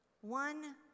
one